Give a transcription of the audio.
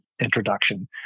introduction